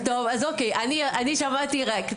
אז אוקי אני שמעתי רק,